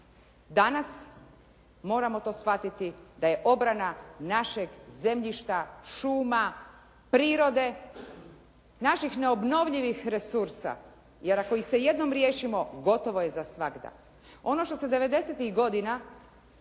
danas to moramo shvatiti da je obrana našeg zemljišta, šuma, prirode, naših neobnovljivih resursa. Jer ako ih se jednom riješimo gotovo je za svagda. Ono što se devedesetih